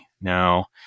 now